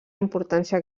importància